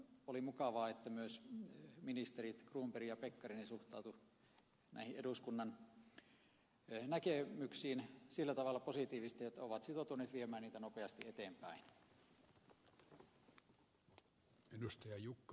oli mukavaa että myös ministerit cronberg ja pekkarinen suhtautuivat näihin eduskunnan näkemyksiin sillä tavalla positiivisesti että ovat sitoutuneet viemään niitä nopeasti eteenpäin